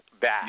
bad